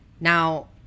Now